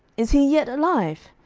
is he yet alive?